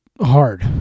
hard